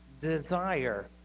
desire